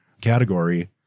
category